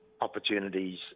opportunities